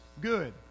Good